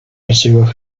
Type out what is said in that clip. pursue